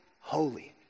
holy